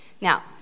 Now